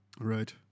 Right